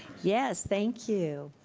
yes, thank you.